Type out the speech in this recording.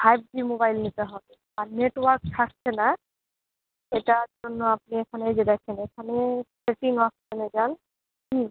five G mobile নিতে হবে আর নেটওয়ার্ক থাকছে না এটার জন্য আপনি এখন এই যে দেখেন এখানে সেটিং অপশানে যান হুম